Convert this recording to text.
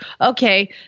Okay